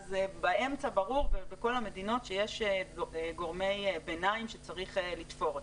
אז באמצע ברור ובכל המדינות שיש גורמי ביניים שצריך לתפור אותם.